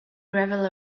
gravel